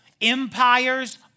empires